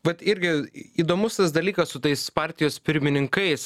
vat irgi įdomus tas dalykas su tais partijos pirmininkais